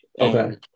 Okay